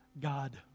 God